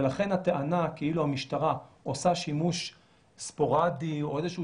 ולכן הטענה כאילו המשטרה עושה שימוש ספורדי או איזה שהוא